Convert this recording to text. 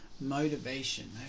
motivation